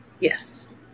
Yes